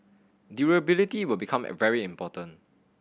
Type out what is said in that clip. durability will become very important